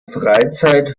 freizeit